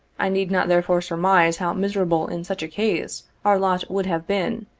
i need not therefore surmise, how miserable in such a case, our lot would have been,